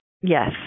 Yes